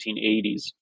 1880s